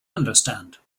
understand